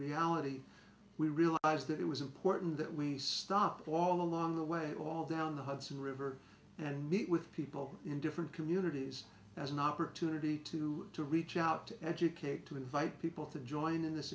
reality we realized that it was important that we stop all along the way all down the hudson river and meet with people in different communities as an opportunity to reach out to educate to invite people to join in this